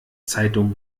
zeitung